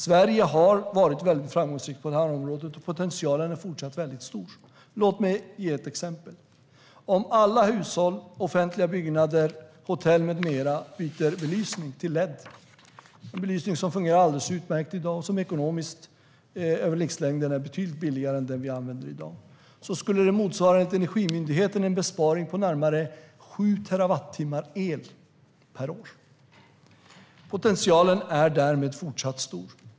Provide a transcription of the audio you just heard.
Sverige har varit mycket framgångsrikt på det här området, och potentialen är fortsatt mycket stor. Låt mig ge ett exempel. Om alla hushåll, offentliga byggnader, hotell med mera byter belysning till LED - en belysning som fungerar alldeles utmärkt i dag och där livslängden innebär att den är betydligt billigare än den vi använder i dag - skulle det enligt Energimyndigheten motsvara en besparing på närmare 7 terawattimmar el per år. Potentialen är därmed fortsatt stor.